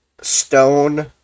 Stone